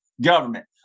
government